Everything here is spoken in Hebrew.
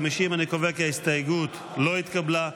50. אני קובע כי ההסתייגות לא התקבלה.